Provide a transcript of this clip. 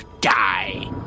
die